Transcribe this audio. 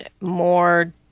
more